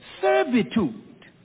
servitude